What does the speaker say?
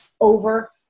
over